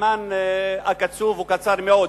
הזמן הקצוב הוא קצר מאוד.